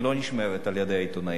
לא נשמרת על-ידי העיתונאים.